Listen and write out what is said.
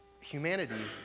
humanity